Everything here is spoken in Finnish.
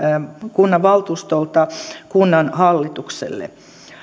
kunnanvaltuustolta kunnanhallitukselle